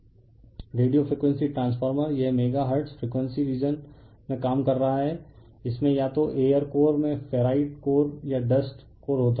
refer slide time 1943 radio frequency transformer यह mega hertz frequency region में काम कर रहा है इसमें या तो एयर कोर में फेराइट कोर या डस्ट कोर होता है